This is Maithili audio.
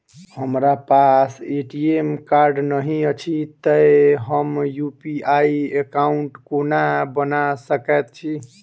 हमरा पास ए.टी.एम कार्ड नहि अछि तए हम यु.पी.आई एकॉउन्ट कोना बना सकैत छी